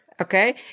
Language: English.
okay